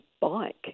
bike